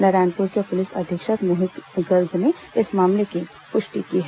नारायणपुर के पुलिस अधीक्षक मोहित गर्ग ने इस मामले की पुष्टि की है